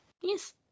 yes